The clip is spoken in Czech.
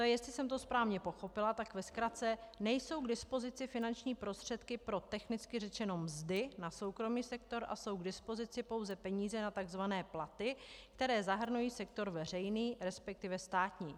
Jestli jsem to správně pochopila, tak ve zkratce: Nejsou k dispozici finanční prostředky pro technicky řečeno mzdy na soukromý sektor a jsou k dispozici pouze peníze na takzvané platy, které zahrnují sektor veřejný resp. státní.